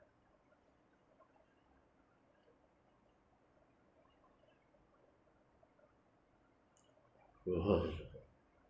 (uh huh)